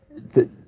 the,